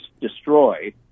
destroy